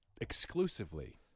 exclusively